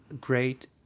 great